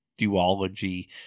duology